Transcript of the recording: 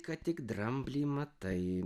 kad tik dramblį matai